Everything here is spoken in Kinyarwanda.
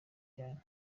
cyane